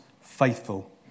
faithful